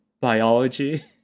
biology